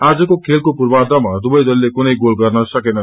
आजको खेलको पूर्वाधमा दुवै दलले कुनै गोल गर्न सकेन